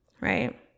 right